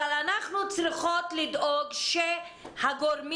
אבל אנחנו צריכות לדאוג שהגורמים